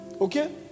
Okay